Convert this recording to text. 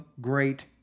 great